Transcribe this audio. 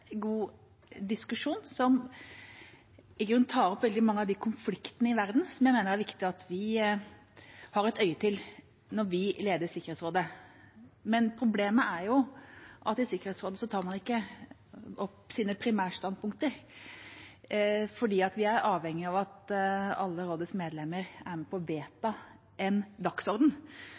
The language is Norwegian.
diskusjon, som i grunnen tar opp veldig mange av de konfliktene i verden som jeg mener det er viktig at vi har et øye til når vi leder Sikkerhetsrådet. Problemet er at i Sikkerhetsrådet tar man ikke opp sine primærstandpunkter, for vi er avhengig av at alle rådets medlemmer er med på å vedta en dagsorden.